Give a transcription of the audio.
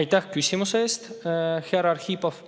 Aitäh küsimuse eest, härra Arhipov!